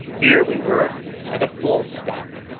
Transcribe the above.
here we were at a full stop,